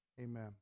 Amen